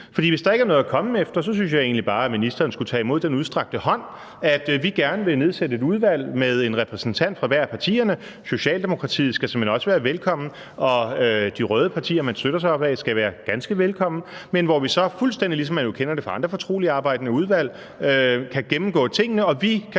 hvis der ikke er noget at komme efter, synes jeg egentlig bare, at ministeren skulle tage imod den udstrakte hånd, at vi gerne vil nedsætte et udvalg med en repræsentant fra hvert parti – Socialdemokratiet skal såmænd også være velkommen, og de røde partier, man støtter sig op ad skal være ganske velkommne – hvor vi så, fuldstændig ligesom man kender det fra andre fortroligt arbejdende udvalg, kan gennemgå tingene, og vi kan